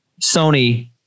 Sony